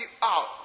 out